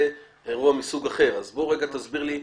זה אירוע מסוג אחר, אז בוא רגע תסביר לי.